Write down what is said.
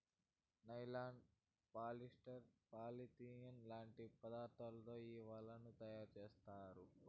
nylon, polyester, polyethylene లాంటి పదార్థాలతో ఈ వలలను తయారుచేత్తారు